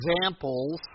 examples